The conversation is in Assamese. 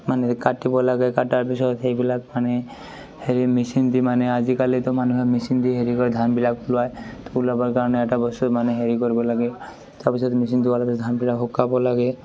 মানে কাটিব লাগে কাটাৰ পিছত সেইবিলাক মানে হেৰি মেচিন দি মানে আজিকালিতো মানুহে মেচিন দি হেৰি কৰে ধানবিলাক ওলাই তো ওলাবৰ কাৰণে এটা বস্তু মানে হেৰি কৰিব লাগে তাৰপিছত মেচিনটো ওলোৱাৰ পিছত ধানবিলাক শুকাব লাগে